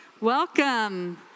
Welcome